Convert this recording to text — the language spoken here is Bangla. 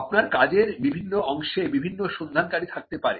আপনার কাজের বিভিন্ন অংশে বিভিন্ন সন্ধানকারী থাকতে পারে